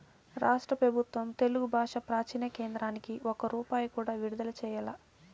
రాష్ట్ర పెబుత్వం తెలుగు బాషా ప్రాచీన కేంద్రానికి ఒక్క రూపాయి కూడా విడుదల చెయ్యలా